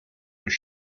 were